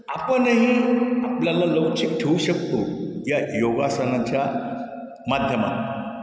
आपणही आपल्याला लवचिक ठेऊ शकतो या योगासनाच्या माध्यमात